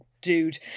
dude